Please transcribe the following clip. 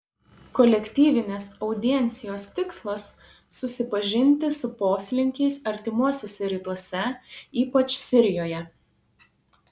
kolektyvinės audiencijos tikslas susipažinti su poslinkiais artimuosiuose rytuose ypač sirijoje